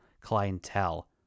clientele